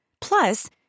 Plus